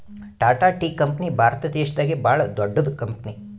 Tata tea company Bharat ದೇಶದಾಗೆ ಭಾಳ್ ದೊಡ್ಡದ್ ಕಂಪನಿ